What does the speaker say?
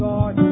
God